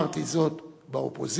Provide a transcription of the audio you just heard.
אמרתי זאת באופוזיציה,